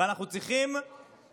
ואנחנו צריכים לעבוד